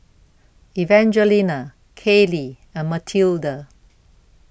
Evangelina Kailey and Matilde